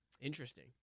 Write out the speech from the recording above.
Interesting